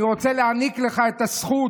אני רוצה להעניק לך את הזכות,